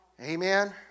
Amen